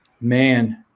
Man